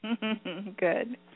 Good